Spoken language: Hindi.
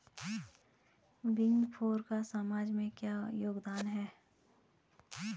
बिग फोर का समाज में क्या योगदान है?